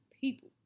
people